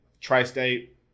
Tri-State